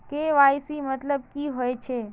KYC मतलब की होचए?